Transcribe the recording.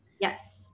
Yes